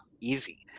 easy